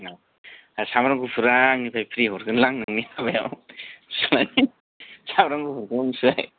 सामब्राम गुफुरा आंनिफ्राय फ्रि हरगोनलां नोंनि हाबायाव सुनानै सामब्राम गुफुरखौ मिनथिबाय